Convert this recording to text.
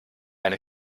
eine